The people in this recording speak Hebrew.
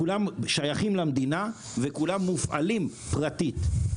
כולם שייכים למדינה וכולם מופעלים פרטית.